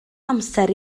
amser